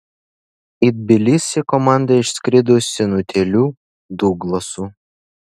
į tbilisį komanda išskrido senutėliu duglasu